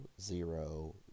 zero